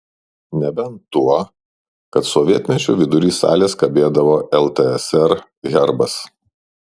nebent tuo kad sovietmečiu vidury salės kabėdavo ltsr herbas